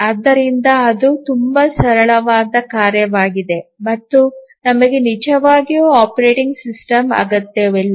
ಆದ್ದರಿಂದ ಅದು ತುಂಬಾ ಸರಳವಾದ ಕಾರ್ಯವಾಗಿದೆ ಮತ್ತು ನಮಗೆ ನಿಜವಾಗಿಯೂ ಆಪರೇಟಿಂಗ್ ಸಿಸ್ಟಮ್ ಅಗತ್ಯವಿಲ್ಲ